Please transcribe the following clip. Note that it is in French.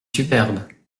superbe